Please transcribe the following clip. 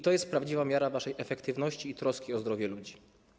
To jest prawdziwa miara waszej efektywności i troski o zdrowie ludzi.